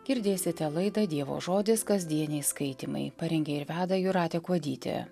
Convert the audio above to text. girdėsite laidą dievo žodis kasdieniai skaitymai parengė ir veda jūratė kuodytė